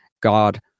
God